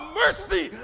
mercy